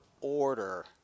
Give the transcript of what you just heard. order